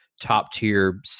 top-tier